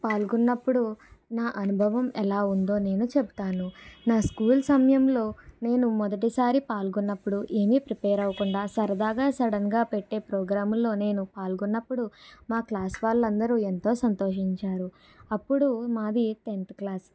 పాల్గొన్నప్పుడు నా అనుభవం ఎలా ఉందో నేను చెప్తాను నా స్కూల్ సమయంలో నేను మొదటిసారి పాల్గొన్నప్పుడు ఏమి ప్రిపేర్ అవ్వకుండా సరదాగా సడన్గా పెట్టే ప్రోగ్రాముల్లో నేను పాల్గొన్నప్పుడు మా క్లాస్ వాళ్ళందరూ ఎంతో సంతోషించారు అప్పుడు మాది టెన్త్ క్లాస్